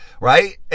right